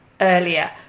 earlier